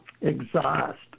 exhaust